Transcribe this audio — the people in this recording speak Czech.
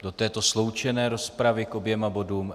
Do této sloučené rozpravy k oběma bodům?